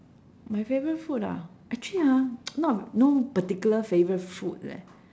my favourite food ah actually ah not no particular favourite food leh